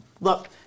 Look